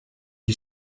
you